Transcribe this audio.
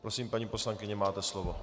Prosím, paní poslankyně, máte slovo.